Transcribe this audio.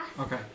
Okay